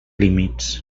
límits